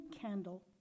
candle